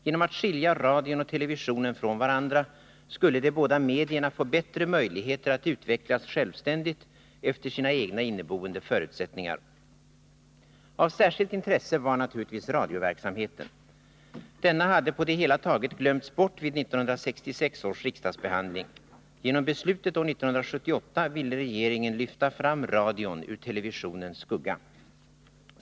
Genom att skilja radion och televisionen från varandra skulle de båda medierna få bättre möjligheter att utvecklas självständigt efter sina egna inneboende förutsättningar. Av särskilt intresse var naturligtvis radioverksamheten. Denna hade på det hela taget glömts bort vid 1966 års riksdagsbehandling. Genom beslutet år 1978 ville regeringen lyfta fram radion ur televisionens skugga.